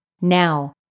Now